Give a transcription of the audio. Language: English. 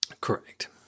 Correct